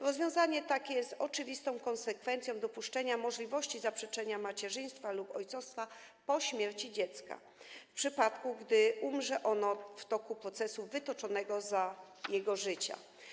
Rozwiązanie takie jest oczywistą konsekwencją dopuszczenia możliwości zaprzeczenia macierzyństwa lub ojcostwa po śmierci dziecka w przypadku, gdy umrze ono w toku procesu wytoczonego za jego życia.